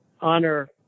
honor